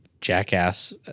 Jackass